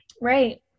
right